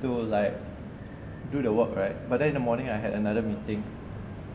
to like do the work right but then in the morning I had another meeting